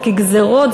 גזירות,